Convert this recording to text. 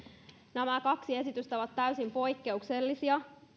nämä kaksi esitystä ovat täysin poikkeuksellisia